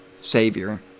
Savior